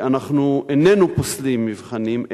אנחנו איננו פוסלים מבחנים,